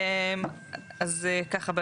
אז ככה,